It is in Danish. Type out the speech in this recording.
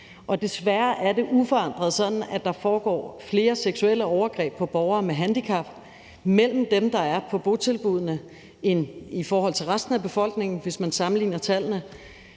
Desværre er det uforandret sådan, at der foregår flere seksuelle overgreb på borgere med handicap mellem dem, der er på botilbuddene, end i resten af befolkningen, hvis man sammenligner tallene.